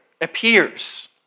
appears